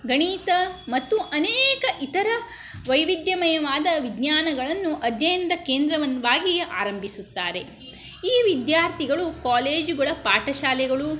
ಗಣಿತ ಮತ್ತು ಅನೇಕ ಇತರ ವೈವಿದ್ಯಮಯವಾದ ವಿಜ್ಞಾನಗಳನ್ನು ಅಧ್ಯಯನದ ಕೇಂದ್ರವನ್ನಾಗಿ ಆರಂಭಿಸುತ್ತಾರೆ ಈ ವಿದ್ಯಾರ್ಥಿಗಳು ಕಾಲೇಜುಗಳ ಪಾಠಶಾಲೆಗಳು